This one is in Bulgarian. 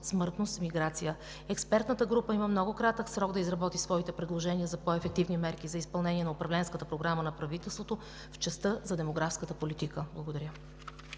смъртност, миграция. Експертната група има много кратък срок да изработи своите предложения за по-ефективни мерки за изпълнение на Управленската програма на правителството в частта за демографската политика. Благодаря.